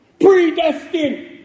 Predestined